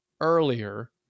earlier